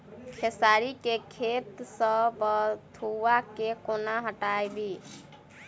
खेसारी केँ खेत सऽ बथुआ केँ कोना हटाबी